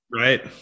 Right